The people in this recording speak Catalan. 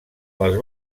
les